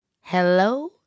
Hello